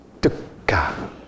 dukkha